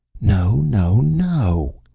no, no, no!